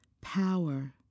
Power